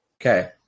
Okay